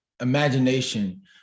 imagination